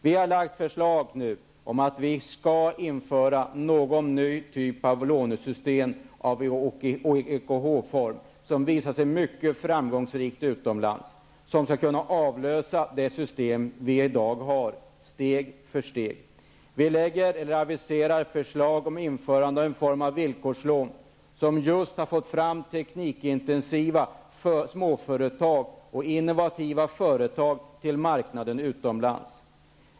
Vi har lagt fram förslag om införande av en ny typ av lån, liknande EKH-lånen. Det systemet har visat sig vara mycket framgångsrikt utomlands. Det skulle kunna avlösa det system som vi har i dag, steg för steg. Vi aviserar förslag om införande av en form av villkorslån, som har lett till att teknikintensiva småföretag och innovativa företag kommit fram utomlands.